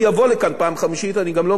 ואני גם לא מעריך שתהיה פעם חמישית,